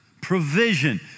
provision